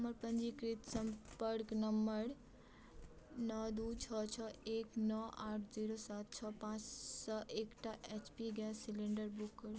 हमर पञ्जीकृत सम्पर्क नम्बर नओ दू छओ छओ एक नओ आठ जीरो सात छओ पाँच सँ एकटा H P gas cylinder book करू